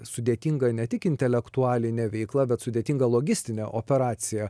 sudėtinga ne tik intelektualine veikla bet sudėtinga logistine operacija